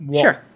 Sure